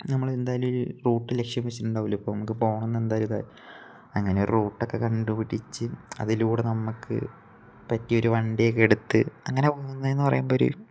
നമ്മൾ എന്തായാലും ഒരു റൂട്ട് ലക്ഷ്യം വച്ചിട്ടുണ്ടാവൂലോ ഇപ്പം നമുക്ക് പോകണം എന്ന് എന്തായാലും അങ്ങനെ ഒരു റൂട്ടൊക്കെ കണ്ടുപിടിച്ച് അതിലൂടെ നമുക്ക് പറ്റിയൊരു വണ്ടിയൊക്കെ എടുത്ത് അങ്ങനെ പോകുന്നതിന് പറയുമ്പം ഒരു